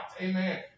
Amen